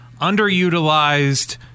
underutilized